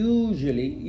usually